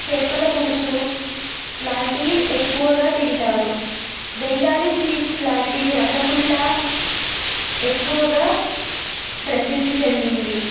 చేపల పులుసు లాంటి ఎక్కువగా తింటారు బెంగాలీ స్వీట్స్ లాంటి రసగుల్లా ఎక్కువగా ప్రసిద్ధి చెందింది